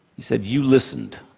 he said, you listened.